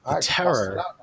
Terror